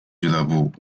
俱乐部